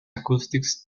acoustics